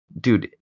dude